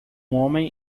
homem